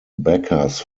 backers